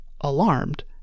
Alarmed